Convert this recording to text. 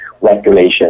regulation